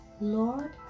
Lord